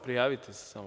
Prijavite se samo.